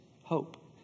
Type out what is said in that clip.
hope